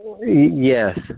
Yes